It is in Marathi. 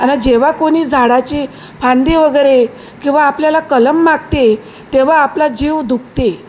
आणि जेव्हा कोणी झाडाची फांदी वगैरे किंवा आपल्याला कलम मागते तेव्हा आपला जीव दुखते